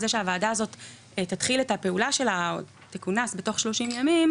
שהוועדה הזאת תתחיל את הפעולה שלה או תכונס תוך 30 ימים.